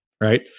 right